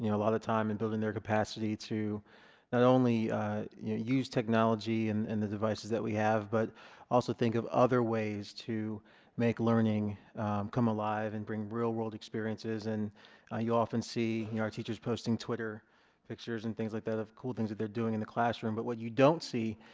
you know lot of time and building their capacity to not only use technology and and the devices that we have but also think of other ways to make learning come alive and bring real-world experiences and ah you often see your teachers posting twitter pictures and things like that of cool things they are doing in the classroom but what you don't see